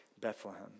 Bethlehem